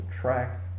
track